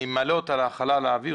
אני מעלה אותה לחלל האוויר,